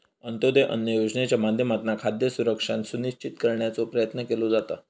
अंत्योदय अन्न योजनेच्या माध्यमातना खाद्य सुरक्षा सुनिश्चित करण्याचो प्रयत्न केलो जाता